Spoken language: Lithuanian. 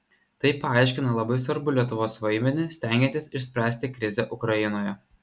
tai paaiškina labai svarbų lietuvos vaidmenį stengiantis išspręsti krizę ukrainoje